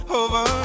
over